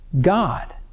God